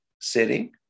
sitting